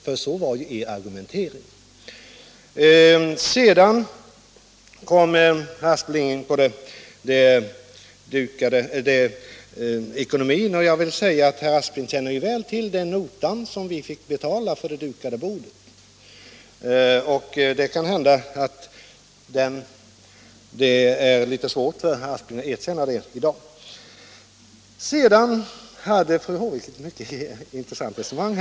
Sådan var ju er argumentering. Vidare kom herr Aspling in på ekonomin. Herr Aspling känner väl till den nota vi fick betala för det dukade bordet, men det kan hända att det är litet svårt för herr Aspling att erkänna det i dag. Fru Håvik förde ett mycket intressant resonemang.